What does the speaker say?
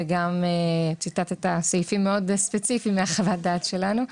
וגם ציטטת סעיפים מאוד ספציפיים מחוות הדעת שלנו,